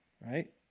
right